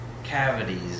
Cavities